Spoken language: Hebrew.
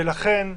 ולכן היום,